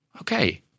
okay